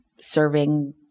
serving